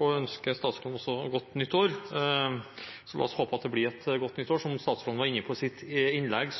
ønske statsråden godt nytt år. La oss håpe at det blir et godt nytt år. Som statsråden var inne på i sitt innlegg,